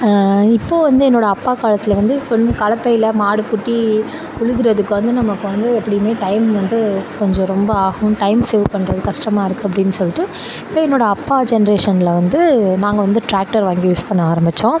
இப்போ வந்து என்னோட அப்பா காலத்தில் வந்து இப்போ கலப்பையில மாடு பூட்டி உழுகறதுக்கு வந்து நமக்கு வந்து எப்படிம்மே டைம் வந்து கொஞ்சம் ரொம்ப ஆகும் டைம் சேவ் பண்ணுறது கஷ்டமாக இருக்கு அப்படின் சொல்லிட்டு இப்போ என்னோட அப்பா ஜென்ரேஷனில் வந்து நாங்கள் வந்து டிராக்டர் வாங்கி யூஸ் பண்ண ஆரமிச்சோம்